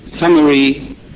summary